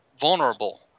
vulnerable